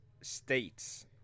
states